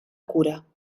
cura